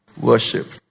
worship